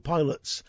Pilots